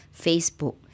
Facebook